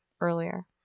earlier